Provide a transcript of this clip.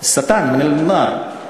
השטן, מן א-נאר.